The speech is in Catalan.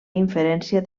inferència